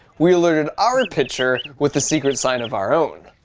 we alerted our pitcher with the secret sign of our own